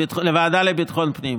לוועדה לביטחון פנים.